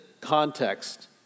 context